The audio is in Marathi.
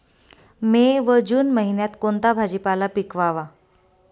मे व जून महिन्यात कोणता भाजीपाला पिकवावा?